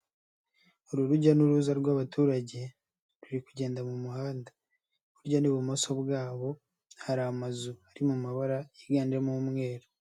Uru rujya n'uruza rw'abaturage ruri kugenda mu muhanda, iburyo n'ibumoso bwabo hari amazu ari mu mabara yiganjemo umweru.